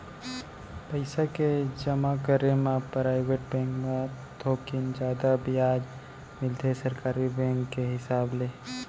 पइसा के जमा करे म पराइवेट बेंक म थोकिन जादा बियाज मिलथे सरकारी बेंक के हिसाब ले